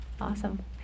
Awesome